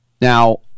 Now